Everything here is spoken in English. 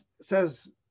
says